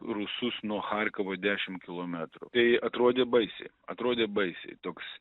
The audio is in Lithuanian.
rusus nuo charkovo dešim kilometrų tai atrodė baisiai atrodė baisiai toks